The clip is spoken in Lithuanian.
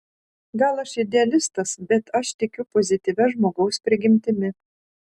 gal aš idealistas bet aš tikiu pozityvia žmogaus prigimtimi